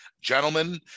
Gentlemen